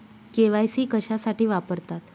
KYC कशासाठी वापरतात?